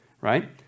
right